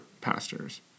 pastors